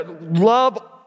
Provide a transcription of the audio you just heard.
Love